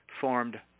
formed